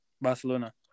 Barcelona